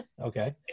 Okay